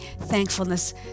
thankfulness